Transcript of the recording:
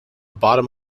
bottom